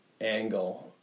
angle